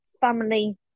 family